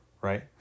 Right